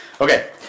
Okay